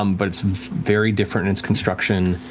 um but it's very different in its construction,